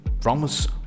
Promise